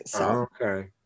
okay